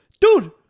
dude